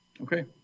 Okay